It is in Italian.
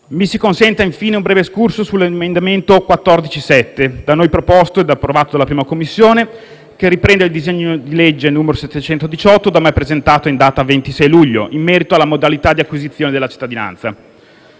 Mi si consenta, infine, un breve *excursus* sull'emendamento 14.7 da noi proposto e approvato dalla 1a Commissione, che riprende il disegno di legge n. 718 da me presentato in data 26 luglio, in merito alle modalità di acquisizione della cittadinanza.